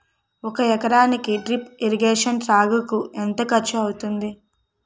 ఒక ఎకరానికి drip irrigation సాగుకు ఎంత ఖర్చు అవుతుంది?